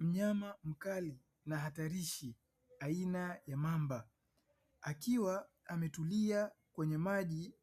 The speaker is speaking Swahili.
Mnyama mkali na hatarishi aina ya mamba, akiwa ametulia kwenye maji